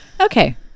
Okay